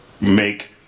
make